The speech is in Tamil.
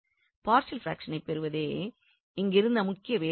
பார்ஷியல் பிராக்ஷனை பெறுவதே இங்கிருந்த முக்கிய வேலையாகும்